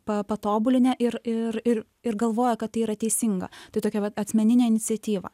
pa patobulinę ir ir ir ir galvoja kad tai yra teisinga tai tokia vat asmeninė iniciatyva